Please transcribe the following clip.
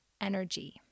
energy